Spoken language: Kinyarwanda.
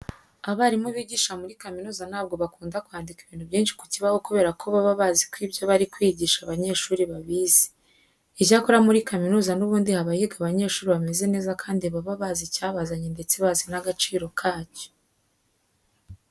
Abarimu bigisha muri kaminuza ntabwo bakunda kwandika ibintu byinshi ku kibaho kubera ko baba bazi ko ibyo bari kwigisha abanyeshuri babizi. Icyakora muri kaminuza n'ubundi haba higa abanyeshuri bameze neza kandi baba bazi icyabazanye ndetse bazi n'agaciro kacyo.